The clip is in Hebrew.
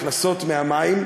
הכנסות מהמים,